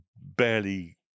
barely